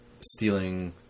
stealing